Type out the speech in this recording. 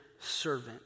servant